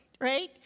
right